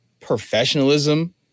professionalism